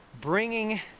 bringing